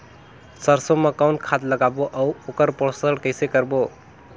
सरसो मा कौन खाद लगाबो अउ ओकर पोषण कइसे करबो?